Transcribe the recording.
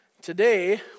Today